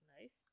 nice